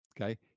okay